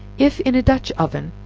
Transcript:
if in a dutch-oven,